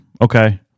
okay